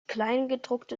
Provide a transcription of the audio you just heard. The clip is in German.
kleingedruckte